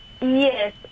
Yes